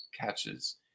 catches